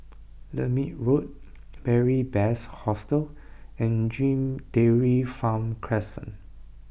Lermit Road Beary Best Hostel and Dairy Farm Crescent